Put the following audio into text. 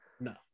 No